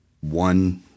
one